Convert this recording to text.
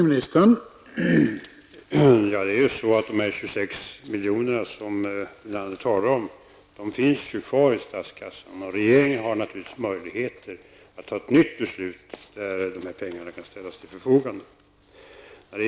Herr talman! De 26 miljoner som Lennart Brunander talar om finns ju kvar i statskassan. Regeringen har naturligtvis möjligheter att fatta ett beslut om att ställa dessa pengar till förfogande.